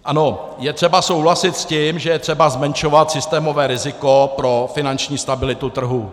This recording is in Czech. Ano, je třeba souhlasit s tím, že je třeba zmenšovat systémové riziko pro finanční stabilitu trhu.